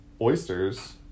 oysters